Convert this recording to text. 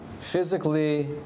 Physically